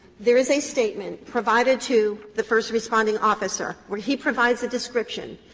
there is a statement provided to the first responding officer where he provides a description.